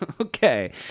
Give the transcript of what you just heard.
Okay